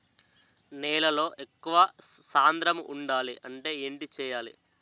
నేలలో ఎక్కువ సాంద్రము వుండాలి అంటే ఏంటి చేయాలి?